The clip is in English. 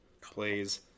plays